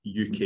UK